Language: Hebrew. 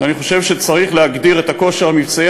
ואני חושב שצריך להגדיר את הכושר המבצעי